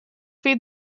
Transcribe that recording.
feed